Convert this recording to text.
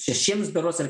šešiems berods ar